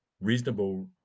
reasonable